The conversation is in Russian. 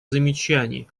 замечаний